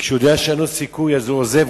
וכשהוא יודע שאין לו סיכוי אז הוא עוזב,